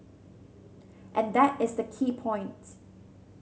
and that is a key point